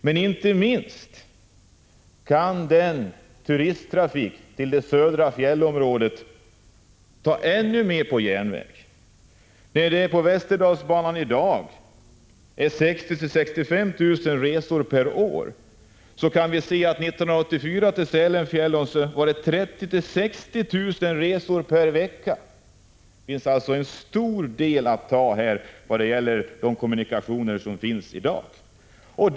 Men inte minst kan en ännu större del av turisttrafiken till det södra fjällområdet gå på järnväg. På Västerdalsbanan går i dag 60 000-65 000 resor per år. År 1984 var det 30 000-60 000 resor per vecka till Sälenfjällen. Det finns alltså en stor del att ta när det gäller de kommunikationer som finns i dag.